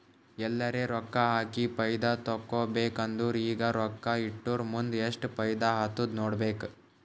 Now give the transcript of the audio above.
ಎಲ್ಲರೆ ರೊಕ್ಕಾ ಹಾಕಿ ಫೈದಾ ತೆಕ್ಕೋಬೇಕ್ ಅಂದುರ್ ಈಗ ರೊಕ್ಕಾ ಇಟ್ಟುರ್ ಮುಂದ್ ಎಸ್ಟ್ ಫೈದಾ ಆತ್ತುದ್ ನೋಡ್ಬೇಕ್